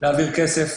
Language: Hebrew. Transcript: להעביר כסף